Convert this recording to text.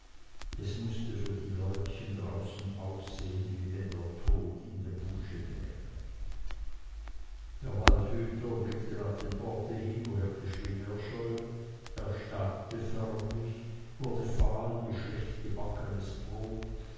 es mußte für die leutchen draußen aussehen wie wenn der tod in dem busch wäre der waldhüter blickte nach dem orte hin woher die stimme erscholl erstarrte förmlich wurde fahl wie schlecht gebackenes brot